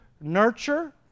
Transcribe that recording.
Nurture